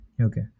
Okay